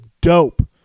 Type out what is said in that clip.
dope